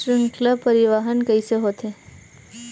श्रृंखला परिवाहन कइसे होथे?